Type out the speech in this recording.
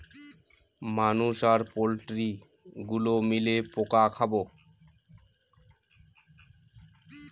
মানুষ আর পোল্ট্রি গুলো মিলে পোকা খাবো